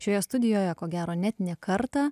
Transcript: šioje studijoje ko gero net ne kartą